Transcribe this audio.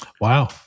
Wow